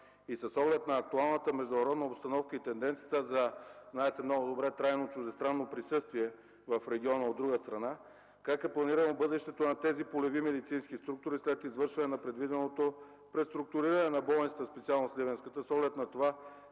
С оглед на актуалната международна обстановка и тенденциите за трайно чуждестранно присъствие в региона – знаете много добре как е планирано бъдещето на тези полеви медицински структури след извършване на предвиденото преструктуриране на болниците, специално на сливенската, с оглед на това,